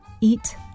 Eat